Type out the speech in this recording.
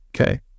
Okay